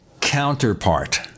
Counterpart